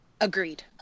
Agreed